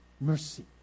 mercy